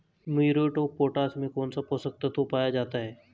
Muriate of potash में कौन सा पोषक तत्व पाया जाता है?